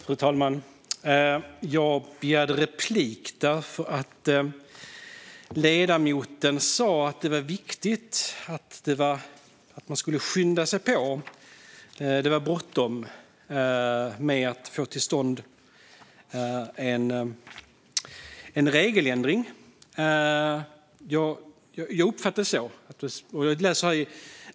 Fru talman! Jag begärde replik för att ledamoten sa att det är viktigt att man skyndar på. Det är bråttom att få till stånd en regeländring. Jag uppfattade det så.